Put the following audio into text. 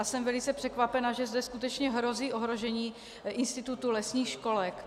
Jsem velice překvapena, že zde skutečně hrozí ohrožení institutu lesních školek.